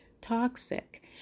toxic